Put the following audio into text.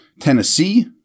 Tennessee